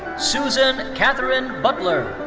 susan catherine butler.